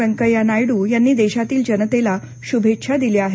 व्यंकय्या नायडू यांनी देशातील जनतेला शुभेच्छा दिल्या आहेत